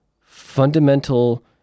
fundamental